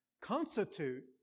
constitute